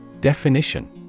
Definition